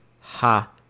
Ha